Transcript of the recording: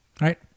right